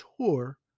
tour